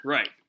Right